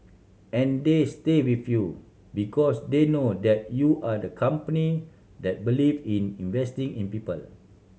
and they stay with you because they know that you are the company that believe in investing in people